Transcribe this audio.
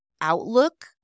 outlook